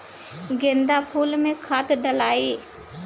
गेंदा फुल मे खाद डालाई?